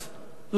לא נמצא.